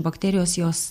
bakterijos jos